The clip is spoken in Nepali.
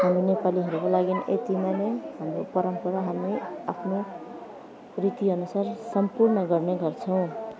हाम्रो नेपालीहरूको लागि यतिमा नै हाम्रो परम्परा हामी आफ्नो रीति अनुसार सम्पूर्ण गर्ने गर्छौँ